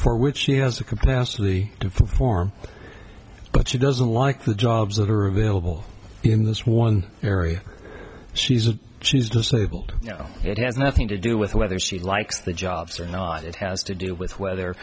for which she has the capacity to perform but she doesn't like the jobs that are available in this one area or she's a she's disabled it has nothing to do with whether she likes the jobs or not it has to do with whether